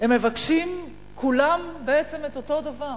בעצם כולם מבקשים את אותו הדבר.